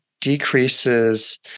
decreases